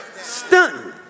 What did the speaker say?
Stunting